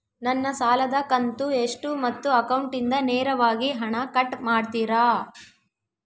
ನನ್ನ ಸಾಲದ ಕಂತು ಎಷ್ಟು ಮತ್ತು ಅಕೌಂಟಿಂದ ನೇರವಾಗಿ ಹಣ ಕಟ್ ಮಾಡ್ತಿರಾ?